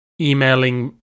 emailing